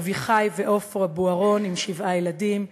אביחי ועפרה בוארון עם שבעה ילדים,